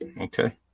Okay